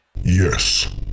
yes